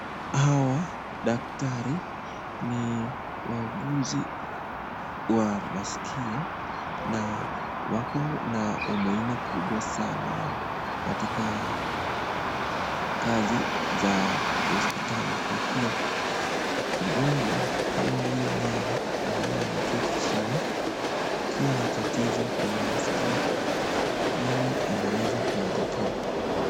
Hawa daktari ni wauguzi wa maskio na wako na umuhimu mkubwa sana katika kazi za kihospitali, kwa kua mgonjwa kama huyu nyanya ambaye ameketi chini, akiwa na tatizo kwenye maskio yeye anaweza kuitatua.